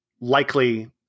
likely